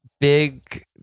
big